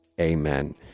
amen